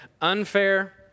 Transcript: unfair